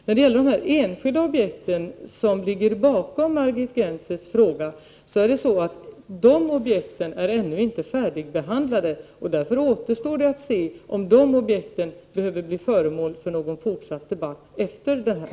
När det gäller de enskilda objekt som Margit Gennser har som bakgrund till sin fråga är det så att dessa objekt ännu inte är färdigbehandlade. Därför återstår det att se om dessa behöver bli föremål för någon fortsatt debatt efter den här.